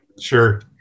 Sure